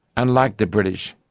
unlike the british,